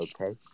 okay